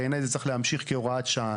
בעיניי זה צריך להמשיך כהוראת שעה.